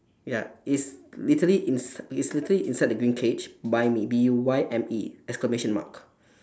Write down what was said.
ya it's literally ins~ it's literally inside the green cage buy me B U Y M E exclamation mark